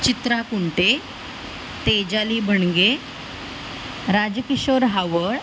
Chitra Kunte Tejali Bhanage Rajkishore Haval